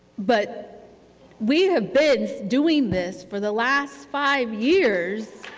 but we have been doing this for the last five years,